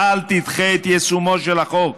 אל תדחה את יישומו של החוק.